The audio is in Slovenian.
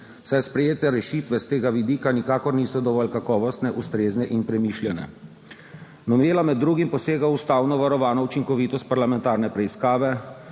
saj sprejete rešitve s tega vidika nikakor niso dovolj kakovostne, ustrezne in premišljene. Novela med drugim posega v ustavno varovano učinkovitost parlamentarne preiskave,